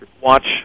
watch